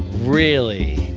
really!